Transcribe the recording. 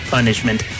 Punishment